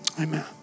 Amen